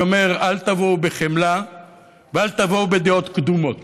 אני אומר: אל תבוא בחמלה ואל תבוא בדעות קדומות,